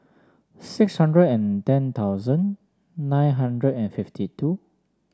six hundred and ten thousand nine hundred and fifty two